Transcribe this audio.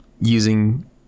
using